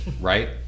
right